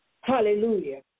Hallelujah